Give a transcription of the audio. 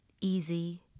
easy